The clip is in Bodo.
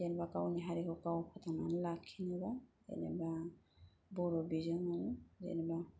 जेनेबा गावनि हारिखौ गाव फोथांनानै लाखिनो बा जेनेबा बर' बिजोंजों जेनेबा